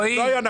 לא היה,